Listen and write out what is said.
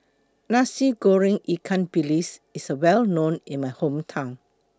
Nasi Goreng Ikan Bilis IS A Well known in My Hometown